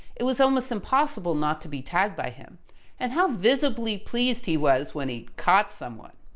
it was almost impossible not to be tagged by him and how visibly pleased he was when he caught someone.